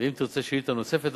ואם תרצה שאילתא נוספת,